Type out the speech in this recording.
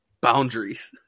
boundaries